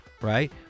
right